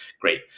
Great